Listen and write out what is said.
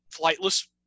flightless